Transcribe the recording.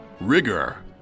Rigor